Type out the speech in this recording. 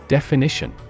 Definition